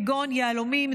כגון יהלומים,